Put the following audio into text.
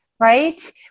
right